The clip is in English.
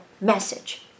message